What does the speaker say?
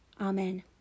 Amen